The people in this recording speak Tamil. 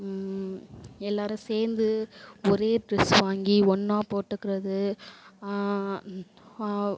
எல்லாரும் சேர்ந்து ஒரே ட்ரெஸ்ஸு வாங்கி ஒன்னாக போட்டுக்கிறது